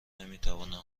نمیتوانند